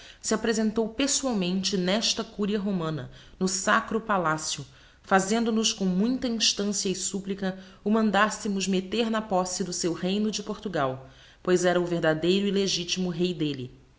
se apresentou pessoalmente n'esta curia romana no sacro palacio fazendo nos com muita instancia e supplica o mandassemos meter na posse do seu reino de portugal pois era o verdadeiro e legitimo rey delle